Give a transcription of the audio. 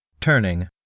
Turning